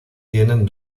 tienen